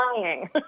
lying